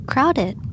Crowded